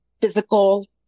physical